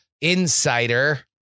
Insider